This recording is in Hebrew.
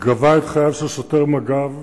גבה את חייו של שוטר מג"ב,